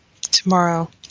tomorrow